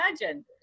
imagine